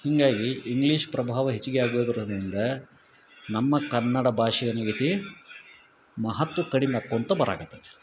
ಹೀಗಾಗಿ ಇಂಗ್ಲೀಷ್ ಪ್ರಭಾವ ಹೆಚ್ಗಿ ಆಗೋದರಿಂದ ನಮ್ಮ ಕನ್ನಡ ಭಾಷೆ ಏನಾಗೈತಿ ಮಹತ್ವ ಕಡಿಮೆ ಆಕ್ಕೊಂತ ಬರಾಕತೈತಿ